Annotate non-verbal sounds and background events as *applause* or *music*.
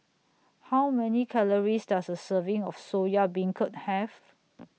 How Many Calories Does A Serving of Soya Beancurd Have *noise*